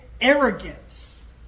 arrogance